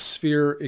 Sphere